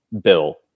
bill